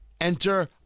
Enter